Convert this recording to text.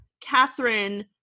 catherine